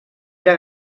era